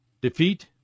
Defeat